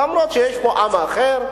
אף-על-פי שיש פה עם אחר,